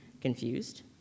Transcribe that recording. Confused